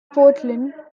portland